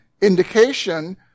indication